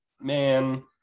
man